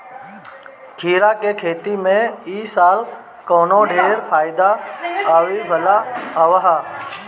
खीरा के खेती में इ साल कवनो ढेर फायदा नाइ भइल हअ